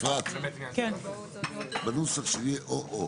אפרת, בנוסח השני או או.